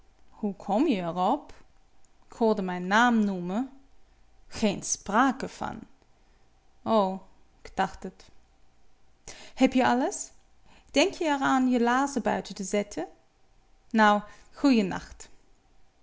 hoe kom je er op k hoorde m'n naam noemen geen sprake van o k dacht t heb je alles denk je er aan je laarzen buiten te zetten nou goeien nacht